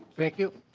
thank you.